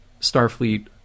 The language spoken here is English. Starfleet